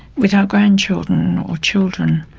with our grandchildren or children.